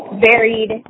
varied